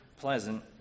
pleasant